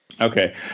okay